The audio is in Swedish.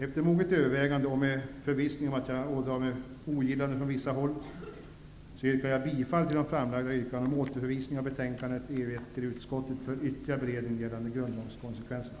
Efter moget övervägande och med förvissning om att jag ådrar mig ogillande från vissa håll, yrkar jag bifall till de framlagda yrkandena om återförvisning av betänkandet EU 1 till utskottet för ytterligare beredning gällande grundlagskonsekvenserna.